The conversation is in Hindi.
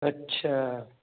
अच्छा